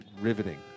riveting